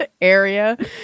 area